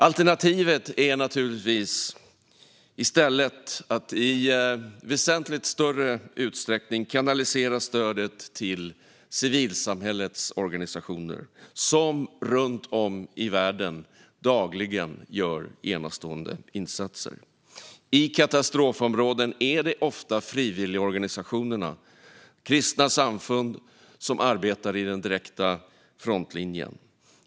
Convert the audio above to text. Alternativet är naturligtvis att i väsentligt större utsträckning kanalisera stödet till civilsamhällets organisationer, som runt om i världen dagligen gör enastående insatser. I katastrofområden är det ofta frivilligorganisationer och kristna samfund som arbetar i den direkta frontlinjen.